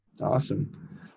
Awesome